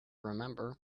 remember